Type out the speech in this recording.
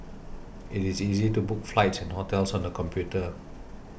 it is easy to book flights and hotels on the computer